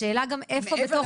השאלה היא גם איפה בתוך